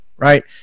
right